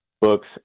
books